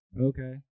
Okay